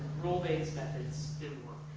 rule-based methods didn't work,